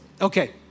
Okay